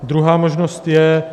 Druhá možnost je...